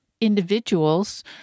individuals